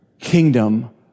kingdom